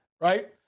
right